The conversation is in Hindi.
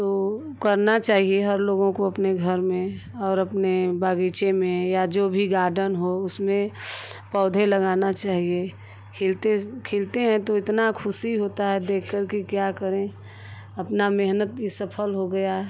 तो करना चाहिए हर लोगों को अपने घर में और अपने बग़ीचे में या जो भी गार्डन हो उसमें पौधे लगाना चाहिए खिलते खिलते हैं तो इतनी खुशी होती है देखकर कि क्या करें अपनी मेहनत सफल हो गई